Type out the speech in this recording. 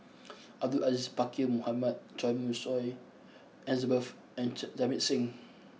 Abdul Aziz Pakkeer Mohamed Choy Moi Su Elizabeth and Jamit Singh